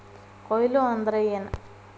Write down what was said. ಕೊಯ್ಲು ಅಂದ್ರ ಏನ್?